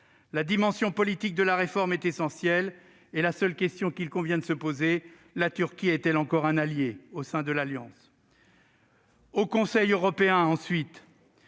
La dimension politique de la réforme est essentielle. La seule question qu'il convient de se poser est la suivante : la Turquie est-elle encore un allié au sein de l'Alliance ?